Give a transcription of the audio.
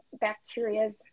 bacteria's